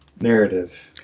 narrative